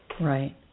Right